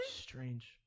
Strange